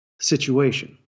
situation